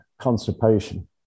constipation